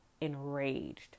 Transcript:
enraged